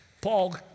Paul